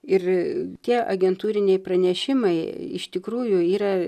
ir tie agentūriniai pranešimai iš tikrųjų yra